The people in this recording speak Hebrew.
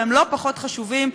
והם לא פחות חשובים,